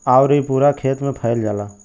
आउर इ पूरा खेत मे फैल जाला